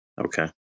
okay